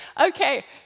Okay